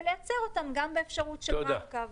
ולייצר אותן גם באפשרות של רב-קו.